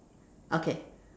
okay